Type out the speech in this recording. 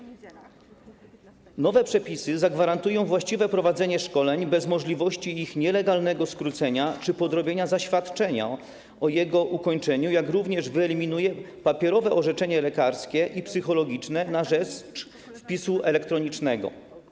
Nowe przepisy zagwarantują właściwe prowadzenie szkoleń bez możliwości ich nielegalnego skrócenia czy podrobienia zaświadczenia o ukończeniu szkolenia, jak również wyeliminują papierowe orzeczenia lekarskie i psychologiczne na rzecz wpisu elektronicznego.